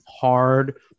hard